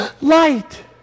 light